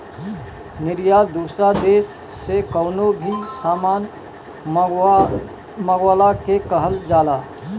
निर्यात दूसरा देस से कवनो भी सामान मंगवला के कहल जाला